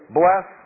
bless